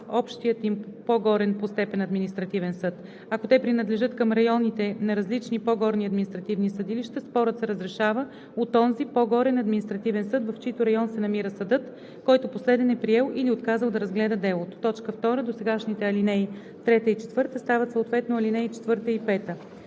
общия им по-горен по степен административен съд. Ако те принадлежат към районите на различни по-горни административни съдилища, спорът се разрешава от онзи по-горен административен съд, в чийто район се намира съдът, който последен е приел или отказал да разгледа делото.“ 2. Досегашните ал. 3 и 4 стават съответно ал. 4 и 5.